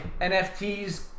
NFTs